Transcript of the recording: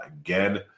Again